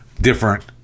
different